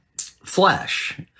flesh